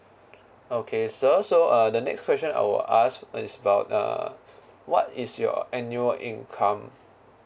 okay sir so uh the next question I will ask is about uh what is your annual income